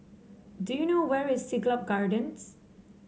do you know where is Siglap Gardens